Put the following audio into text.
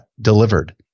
delivered